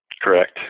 Correct